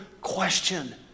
question